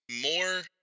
more